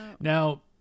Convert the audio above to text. now